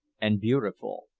and beautiful.